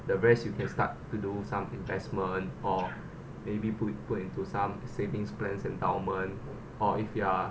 the rest you can start to do some investment or maybe put it put into some savings plans endowment or if you're